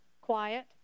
quiet